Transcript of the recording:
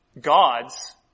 gods